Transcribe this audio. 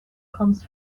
comes